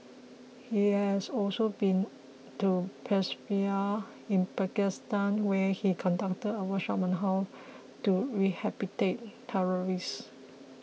he has also been to Peshawar in Pakistan where he conducted a workshop on how to rehabilitate terrorists